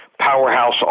powerhouse